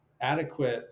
adequate